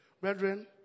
Brethren